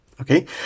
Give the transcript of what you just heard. Okay